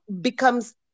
becomes